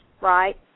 right